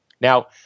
Now